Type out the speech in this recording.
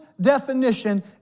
definition